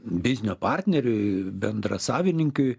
biznio partneriui bendrasavininkiui